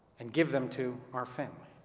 and give them to our family.